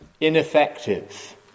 ineffective